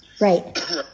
Right